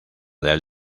del